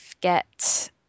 get